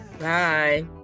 bye